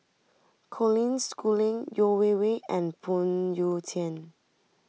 Colin Schooling Yeo Wei Wei and Phoon Yew Tien